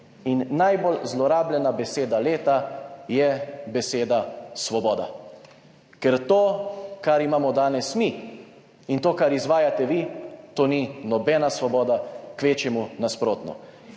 In najbolj zlorabljena beseda leta je beseda »svoboda«, ker to, kar imamo danes mi, in to, kar izvajate vi, to ni nobena svoboda, kvečjemu nasprotno.